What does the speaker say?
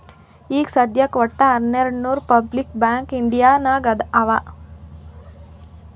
ಈಗ ಸದ್ಯಾಕ್ ವಟ್ಟ ಹನೆರ್ಡು ಪಬ್ಲಿಕ್ ಬ್ಯಾಂಕ್ ಇಂಡಿಯಾ ನಾಗ್ ಅವಾ